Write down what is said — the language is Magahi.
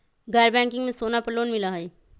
गैर बैंकिंग में सोना पर लोन मिलहई?